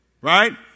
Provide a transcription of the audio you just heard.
right